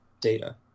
data